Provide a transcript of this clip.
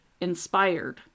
inspired